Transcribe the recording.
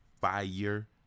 Fire